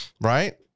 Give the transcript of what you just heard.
right